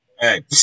Hey